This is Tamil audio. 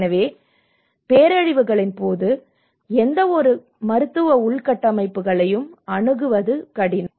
எனவே பேரழிவுகளின் போது எந்தவொரு மருத்துவ உள்கட்டமைப்புகளையும் அணுகுவது கடினம்